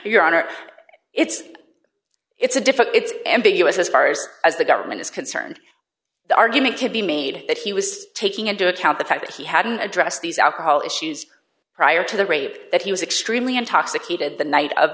your honor it's it's a difficult it's ambiguous as far as the government is concerned the argument could be made that he was taking into account the fact that he hadn't addressed these alcohol issues prior to the rape that he was extremely intoxicated the night of